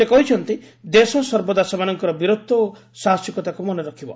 ସେ କହିଛନ୍ତି ଦେଶ ସର୍ବଦା ସେମାନଙ୍କର ବୀରତ୍ୱ ଓ ସାହସିକତାକୁ ମନେରଖିବ